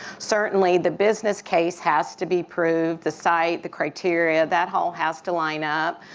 certainly the business case has to be proved, the site, the criteria, that all has to line up.